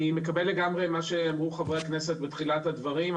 אני מקבל לגמרי את מה שאמרו חברי הכנסת בתחילת הדברים.